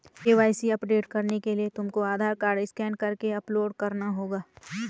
KYC update करने के लिए तुमको आधार कार्ड स्कैन करके अपलोड करना होगा